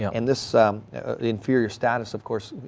yeah and this inferior status of course